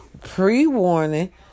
pre-warning